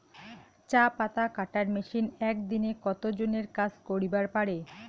চা পাতা কাটার মেশিন এক দিনে কতজন এর কাজ করিবার পারে?